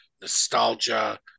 nostalgia